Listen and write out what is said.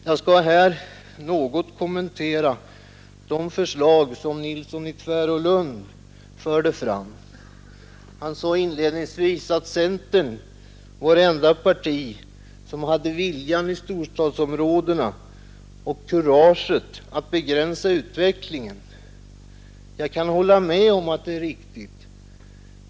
Jag skall något kommentera de förslag som herr Nilsson i Tvärålund fört fram. Han sade inledningsvis att centern var det enda parti som hade viljan och kuraget att begränsa utvecklingen i storstadsområdena. Jag kan hålla med om det.